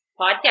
podcast